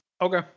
Okay